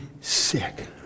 sick